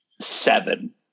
seven